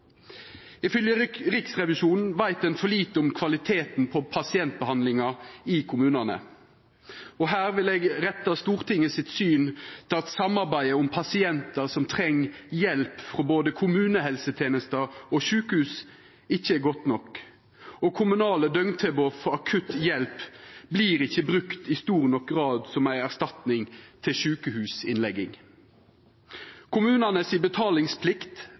oppgåvene. Ifølgje Riksrevisjonen veit ein for lite om kvaliteten på pasientbehandlinga i kommunane, og her vil eg retta Stortingets syn mot at samarbeidet om pasientar som treng hjelp frå både kommunehelsetenesta og sjukehus, ikkje er godt nok, og kommunale døgntilbod for akutt hjelp vert ikkje brukte i stor nok grad som ei erstatning for sjukehusinnlegging. Kommunane si betalingsplikt